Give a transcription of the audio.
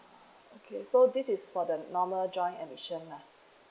okay so this is for the normal join admission lah